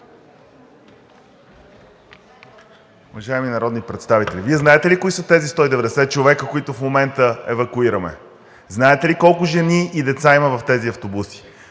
Уважаеми народни представители! Вие знаете ли кои са тези 190 човека, които в момента евакуираме? Знаете ли колко жени и деца има в тези автобуси?